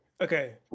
Okay